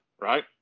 right